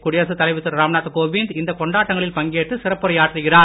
குடியரசு தலைவர் திரு ராம்நாத் கோவிந்த் இந்த கொண்டாட்டங்களில் பங்கேற்று சிறப்புரையாற்றுகிறார்